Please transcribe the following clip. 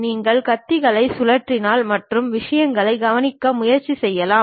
நீங்கள் கத்திகளை சுழற்றலாம் மற்றும் விஷயங்களையும் கவனிக்க முயற்சி செய்யலாம்